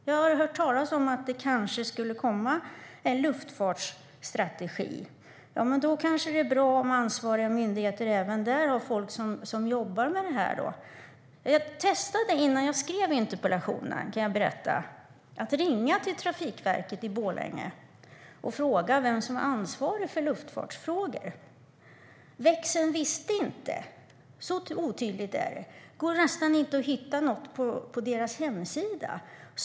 Jag har hört talas om att det kanske skulle komma en luftfartsstrategi. Då vore det kanske bra om ansvariga myndigheter även där har folk som jobbar med det. Jag kan berätta att innan jag skrev interpellationen testade jag att ringa till Trafikverket i Borlänge och fråga vem som är ansvarig för luftfartsfrågor. Växeln visste inte det. Så otydligt är det. Det går nästan inte att hitta något på deras hemsida.